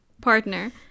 partner